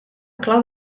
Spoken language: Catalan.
clau